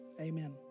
Amen